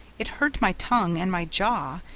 it hurt my tongue and my jaw,